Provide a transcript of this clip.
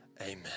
amen